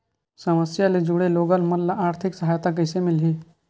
समस्या ले जुड़े लोगन मन ल आर्थिक सहायता कइसे मिलही?